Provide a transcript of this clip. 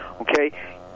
okay